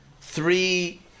three